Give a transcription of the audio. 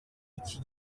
iki